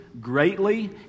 greatly